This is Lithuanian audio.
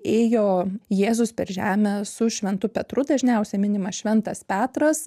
ėjo jėzus per žemę su šventu petru dažniausiai minimas šventas petras